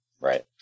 Right